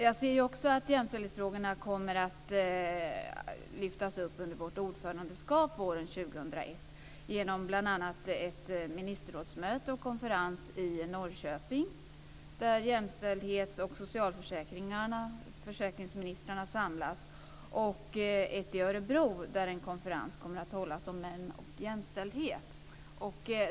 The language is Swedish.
Jag ser också att jämställdhetsfrågorna kommer att lyftas upp under vårt ordförandeskap våren 2001 genom bl.a. ett ministerrådsmöte och en konferens i Norrköping där jämställdhets och socialförsäkringsministrarna samlas. Och i Örebro kommer en konferens att hållas om män och jämställdhet.